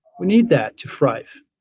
we need that to thrive.